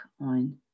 on